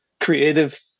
creative